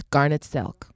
Garnet-Silk